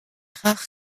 rares